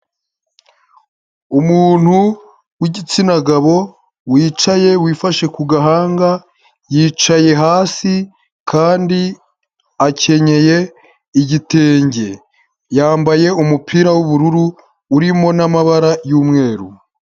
Umuntu w’igitsina gabo wicaye wifashe ku gahanga, yicaye hasi kandi akenyeye igitenge, yambaye umupira w'ubururu urimo n'amabara yumweru.